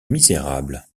misérable